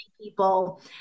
people